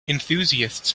enthusiasts